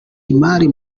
imari